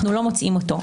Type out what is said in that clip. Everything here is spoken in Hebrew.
איננו מוצאים אותו.